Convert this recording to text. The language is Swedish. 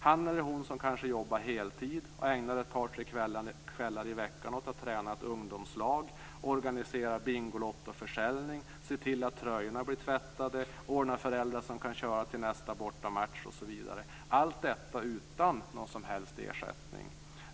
Han eller hon kanske jobbar heltid och ägnar ändå ett par tre kvällar i veckan åt att träna ett ungdomslag, organiserar Bingolottoförsäljning, ser till att tröjorna blir tvättade, organiserar föräldrar som kan köra till nästa bortamatch osv. Allt detta görs utan någon som helst ersättning.